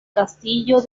castillo